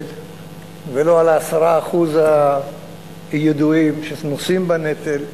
ולא על ה-10% הידועים שנושאים בנטל.